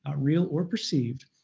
ah real or perceived,